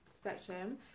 spectrum